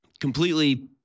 Completely